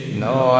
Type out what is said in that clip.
no